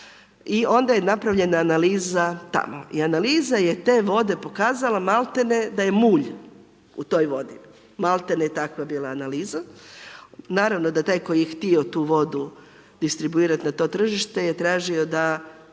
I onda je napravljena analiza tamo. I analiza je te vode pokazala maltene da je mulj u toj vodi, maltene je takva bila analiza. Naravno da taj koji je htio tu vodu distribuirati na to tržište je tražio da